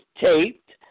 taped